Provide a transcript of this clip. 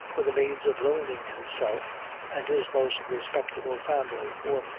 were the means of ruining himself and his most respectable family for,